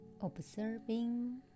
Observing